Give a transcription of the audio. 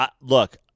Look